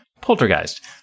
Poltergeist